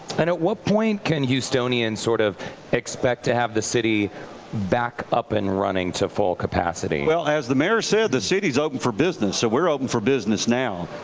and at what point can houstonians sort of expect to have the city back up and running to full capacity? well, as the mayor said, the city is open for business. so we're open for business now.